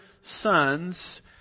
sons